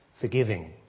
forgiving